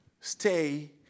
stay